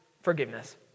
forgiveness